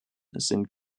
sind